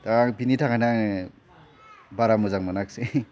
दा बेनि थाखायनो आङो बारा मोजां मोनाखिसै